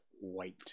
White